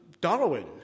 Darwin